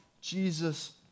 Jesus